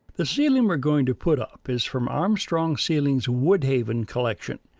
the ceiling we're going to put up is from armstrong ceilings' woodhaven collection.